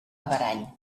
averany